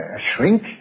shrink